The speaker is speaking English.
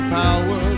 power